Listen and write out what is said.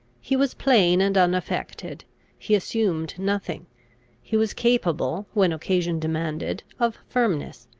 he was plain and unaffected he assumed nothing he was capable, when occasion demanded, of firmness,